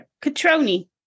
Catroni